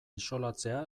isolatzea